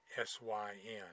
S-Y-N